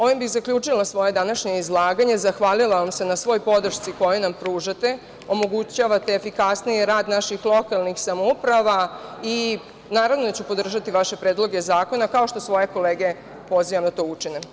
Ovim bih zaključila svoje današnje izlaganje, zahvalila vam se na svoj podršci koju nam pružate, omogućavate efikasniji rad naših lokalnih samouprava i naravno da ću podržati vaše predloge zakona, kao što svoje kolege pozivam da to učine.